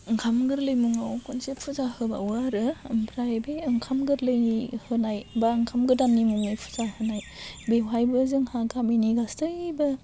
ओंखाम गोरलै मुङाव खनसे फुजा होबावो आरो ओमफ्राय बे ओंखाम गोरलैनि होनाय बा ओंखाम गोदानि मुङै पुजा होनाय बेवहायबो जोंहा गामिनि गासैबो